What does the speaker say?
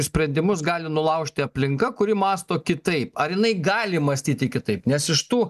sprendimus gali nulaužti aplinka kuri mąsto kitaip ar jinai gali mąstyti kitaip nes iš tų